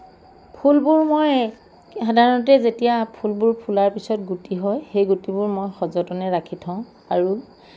ফুলবোৰ মই সাধাৰণতে যেতিয়া ফুলবোৰ ফুলাৰ পিছত গুটি হয় সেই গুটিবোৰ মই সজতনে ৰাখি থওঁ আৰু